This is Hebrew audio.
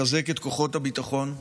לחזק את כוחות הביטחון,